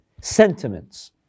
sentiments